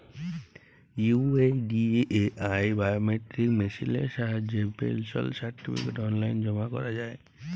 UIDAI biometric মেসিলের সাহায্যে pension certificate অললাইল জমা ক্যরা যায়